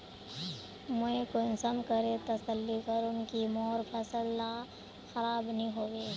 मुई कुंसम करे तसल्ली करूम की मोर फसल ला खराब नी होबे?